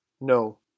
No